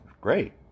great